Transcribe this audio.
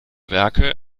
werke